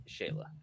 Shayla